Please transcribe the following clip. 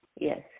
Yes